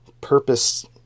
purpose